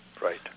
Right